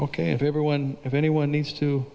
ok if everyone if anyone needs to